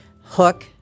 hook